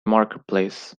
marketplace